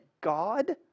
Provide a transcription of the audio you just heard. God